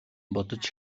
бодож